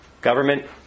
government